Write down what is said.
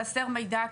חסר מידע,